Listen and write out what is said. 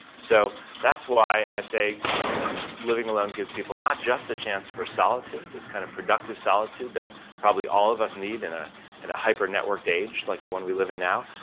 so that's why i say living alone gives people the, not just the chance for solitude, this kind of productive solitude that probably all of us need and ah and a hyper networked age like the one we live in now.